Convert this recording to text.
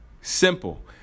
simple